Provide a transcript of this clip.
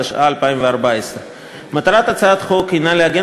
התשע"ה 2014. מטרת הצעת החוק היא לעגן